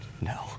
No